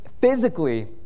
physically